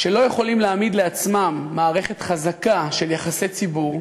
שלא יכולים להעמיד לעצמם מערכת חזקה של יחסי ציבור,